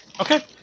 Okay